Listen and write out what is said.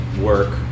work